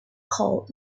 could